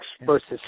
versus